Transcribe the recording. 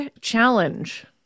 challenge